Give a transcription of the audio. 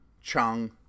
Chung